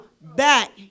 back